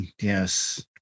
Yes